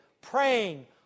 praying